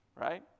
Right